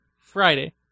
Friday